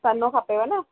सन्हो खपेव न